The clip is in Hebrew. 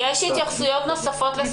התייחסו אלינו